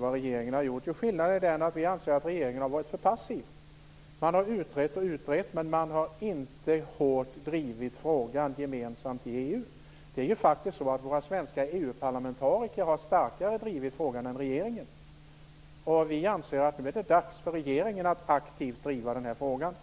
och regeringens åtgärder. Skillnaden är den att vi anser att regeringen har varit för passiv. Man har utrett och utrett, men man har inte hårt drivit frågan i EU. Det är faktiskt så att våra svenska EU-parlamentariker har drivit frågan starkare än regeringen. Vi anser att det nu är dags för regeringen att aktivt driva den här frågan.